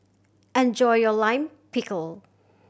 enjoy your Lime Pickle